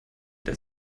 der